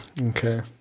okay